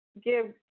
give